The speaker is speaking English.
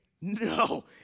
No